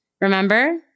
Remember